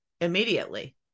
immediately